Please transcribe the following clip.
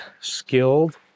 skilled